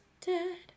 Dead